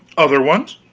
other ones?